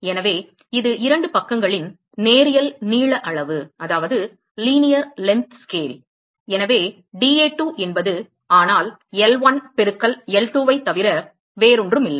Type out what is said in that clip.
எனவே இது இரண்டு பக்கங்களின் நேரியல் நீள அளவு எனவே dA2 என்பது ஆனால் L1 பெருக்கல் L2 வை தவிர வேறொன்றுமில்லை